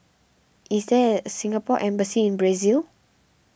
is there at Singapore Embassy in Brazil